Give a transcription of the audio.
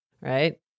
right